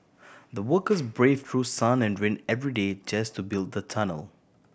the workers brave through sun and rain every day just to build the tunnel